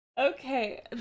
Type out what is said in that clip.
Okay